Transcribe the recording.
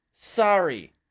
Sorry